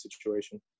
situation